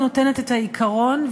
היא נותנת את העיקרון,